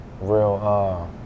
real